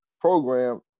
program